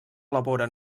elabora